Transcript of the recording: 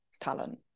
talent